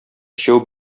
өчәү